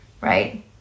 right